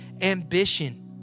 ambition